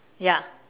ya